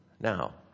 Now